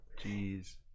Jeez